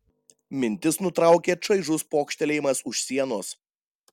mintis nutraukė čaižus pokštelėjimas už sienos